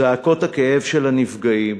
זעקות הכאב של הנפגעים